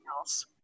else